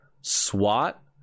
SWAT